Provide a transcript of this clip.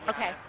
Okay